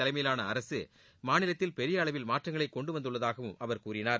தலைமையிலான அரசு மாநிலத்தில் பெரிய அளவில் மாற்றங்களை கொண்டு வந்துள்ளதாகவும் அவர் கூறினார்